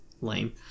lame